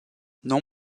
non